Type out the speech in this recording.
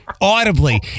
audibly